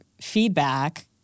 feedback